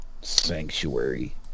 Sanctuary